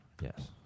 yes